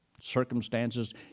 circumstances